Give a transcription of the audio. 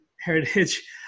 Heritage